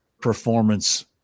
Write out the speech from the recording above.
performance